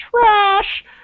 trash